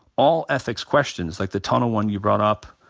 all ethics questions, like the tunnel one you brought up,